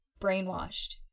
brainwashed